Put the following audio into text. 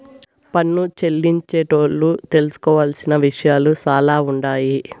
పన్ను చెల్లించేటోళ్లు తెలుసుకోవలసిన విషయాలు సాలా ఉండాయి